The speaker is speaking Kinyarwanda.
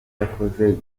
yakoze